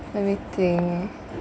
let me think